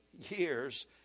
years